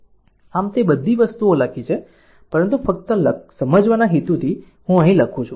આમ તે આ બધી વસ્તુઓ લખી છે પરંતુ ફક્ત સમજવાના હેતુથી હું અહીં લખું છું